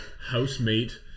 housemate